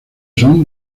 son